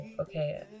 okay